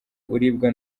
uribwa